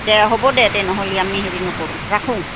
দে হ'ব দে তে নহ'লে আমি হেৰি নকৰোঁ ৰাখোঁ